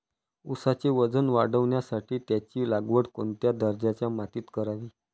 ऊसाचे वजन वाढवण्यासाठी त्याची लागवड कोणत्या दर्जाच्या मातीत करावी?